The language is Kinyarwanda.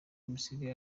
misiri